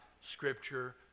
Scripture